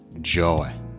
joy